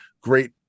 great